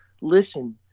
listen